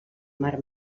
mar